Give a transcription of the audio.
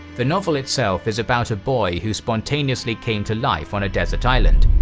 the novel itself is about a boy who spontaneously came to life on a desert island,